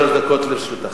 שלוש דקות לרשותך.